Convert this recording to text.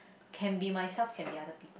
can be myself can be other people